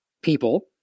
people